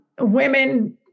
Women